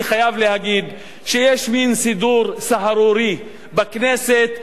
אני חייב להגיד שיש מין סידור סהרורי בכנסת,